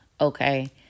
Okay